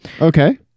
okay